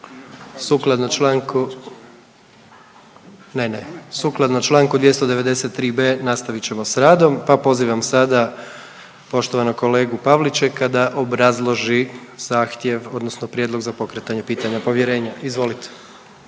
sukladno Članku 293b. nastavit ćemo s radom, pa pozivam sada poštovanog kolegu Pavličeka da obrazloži zahtjev odnosno prijedlog za pokretanje pitanja povjerenja. Izvolite.